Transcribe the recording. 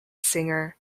singer